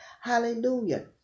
Hallelujah